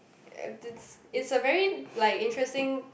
uh it's it's a very like interesting